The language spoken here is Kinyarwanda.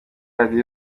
radio